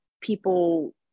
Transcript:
people